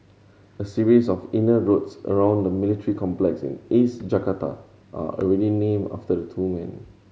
a series of inner roads around the military complex in East Jakarta are already named after the two men